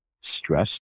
stress